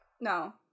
no